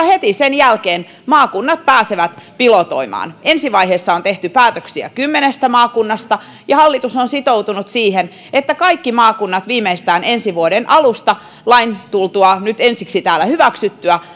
heti sen jälkeen maakunnat pääsevät pilotoimaan ensivaiheessa on tehty päätöksiä kymmenestä maakunnasta ja hallitus on sitoutunut siihen että kaikki maakunnat viimeistään ensi vuoden alusta lain tultua nyt ensiksi täällä hyväksyttyä